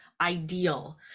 ideal